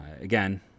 Again